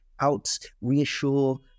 out-reassure